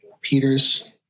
peter's